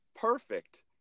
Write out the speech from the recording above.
perfect